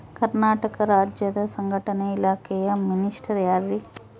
ಕರ್ನಾಟಕ ರಾಜ್ಯದ ಸಂಘಟನೆ ಇಲಾಖೆಯ ಮಿನಿಸ್ಟರ್ ಯಾರ್ರಿ?